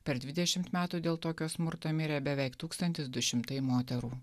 per dvidešimt metų dėl tokio smurto mirė beveik tūkstantis du šimtai moterų